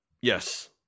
yes